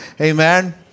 Amen